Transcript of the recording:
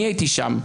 אני הייתי שם.